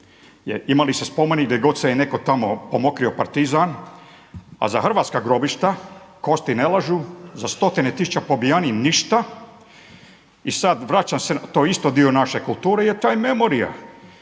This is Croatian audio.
imao se spomenik gdje god se je netko tamo pomokrio partizan. A za hrvatska grobišta kosti ne lažu, za stotine pobijenih ništa i sad isto vraćam se, to je isto dio naše kulture jer to je memorija.